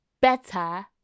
better